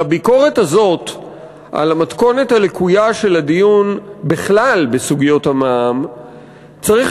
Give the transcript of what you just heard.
לביקורת הזאת על המתכונת הלקויה של הדיון בכלל בסוגיות המע"מ צריך